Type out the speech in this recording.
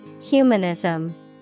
Humanism